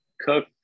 Cook